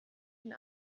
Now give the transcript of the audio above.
den